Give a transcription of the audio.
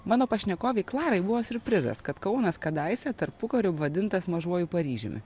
mano pašnekovei klarai buvo siurprizas kad kaunas kadaise tarpukariu vadintas mažuoju paryžiumi